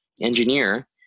engineer